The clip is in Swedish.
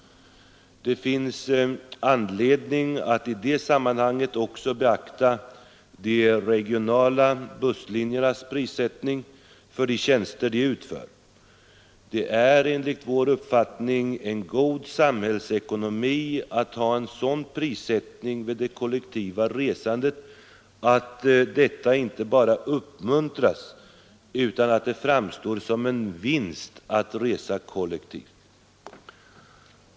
Det finns anledning att i det sammanhanget också beakta de regionala busslinjernas prissättning för de tjänster de utför. Det är enligt vår uppfattning en god samhällsekonomi att ha en sådan prissättning för det kollektiva resandet att detta inte bara uppmuntras — utan att det framstår som en vinst att resa kollektivt.